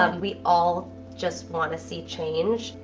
ah we all just want to see change.